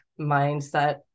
mindset